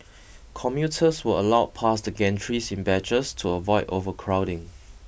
commuters were allowed past the gantries in batches to avoid overcrowding